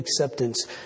acceptance